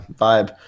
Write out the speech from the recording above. vibe